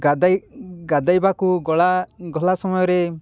ଗାଧୋଇ ଗାଧୋଇବାକୁ ଗଲା ସମୟରେ